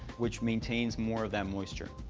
which maintains more of that moisture.